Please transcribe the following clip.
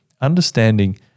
understanding